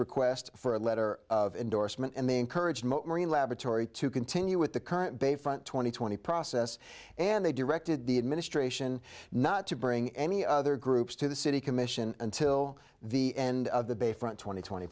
request for a letter of indorsement and they encouraged marine laboratory to continue with the current bayfront two thousand and twenty process and they directed the administration not to bring any other groups to the city commission until the end of the bayfront twenty twenty